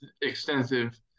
extensive